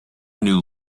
new